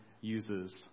uses